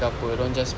ke apa dorang just